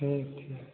ठीक है